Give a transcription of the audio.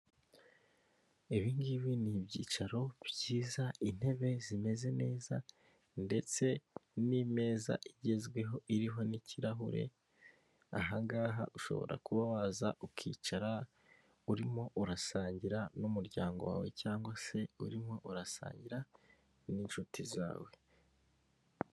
Ibingibi ni ibyicaro byiza intebe zimeze neza, ndetse n'imeza igezweho iriho n'ikirahure, ahangaha ushobora kuba waza ukicara urimo urasangira n'umuryango wawe, cyangwa se urimo urasangira n'inshuti zawe.